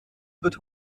wird